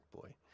boy